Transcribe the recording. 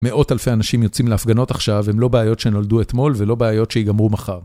מאות אלפי אנשים יוצאים להפגנות עכשיו, הם לא בעיות שנולדו אתמול ולא בעיות שיגמרו מחר.